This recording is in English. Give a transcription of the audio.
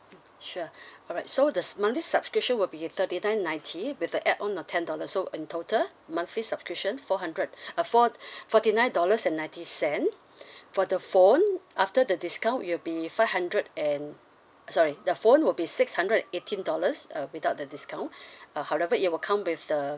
sure alright so the monthly subscription will be thirty nine ninety with the add-on a ten dollar so in total monthly subscription four hundred uh four forty nine dollars and ninety cent for the phone after the discount it will be five hundred and sorry the phone will be six hundred and eighteen dollars uh without the discount uh however it will come with the